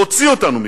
להוציא אותנו מכאן,